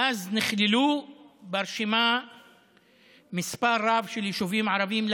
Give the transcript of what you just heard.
ואז לראשונה נכללו ברשימה מספר רב של יישובים ערביים,